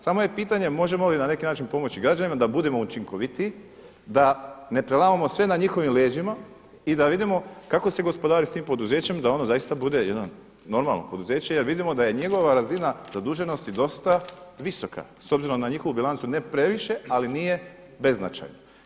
Samo je pitanje možemo li na neki način pomoći građanima da budemo učinkovitiji da ne prelamamo sve na njihovim leđima i da vidimo kako se gospodari s tim poduzećem da ono zaista bude jedno normalno poduzeće jer vidimo da je njegova razina zaduženosti dosta visoka s obzirom na njihovu bilancu ne previše, ali nije beznačajno.